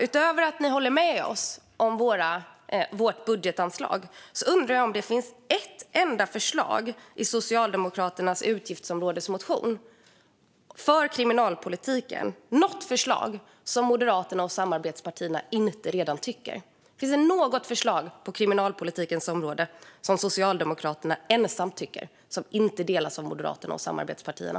Utöver att man håller med oss om vårt budgetanslag undrar jag om det i Socialdemokraternas budgetmotion finns ett enda förslag på kriminalpolitikens område som Moderaterna och samarbetspartierna inte redan har lagt fram. Finns det något förslag på kriminalpolitikens område som Socialdemokraterna är ensamt om och som alltså inte delas av Moderaterna och samarbetspartierna?